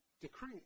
decree